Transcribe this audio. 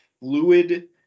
fluid